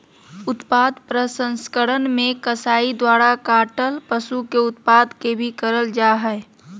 उत्पाद प्रसंस्करण मे कसाई द्वारा काटल पशु के उत्पाद के भी करल जा हई